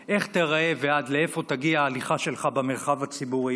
איך תיראה ועד לאיפה תגיע ההליכה שלך במרחב הציבורי,